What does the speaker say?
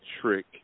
trick